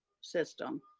system